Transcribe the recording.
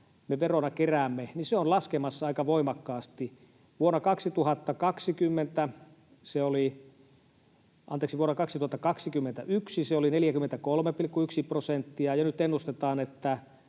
me veroja keräämme, on laskemassa aika voimakkaasti. Vuonna 2021 se oli 43,1 prosenttia, ja nyt ennustetaan, että